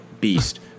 beast